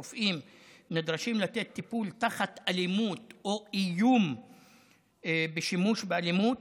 רופאים נדרשים לתת טיפול תחת אלימות או איום בשימוש באלימות,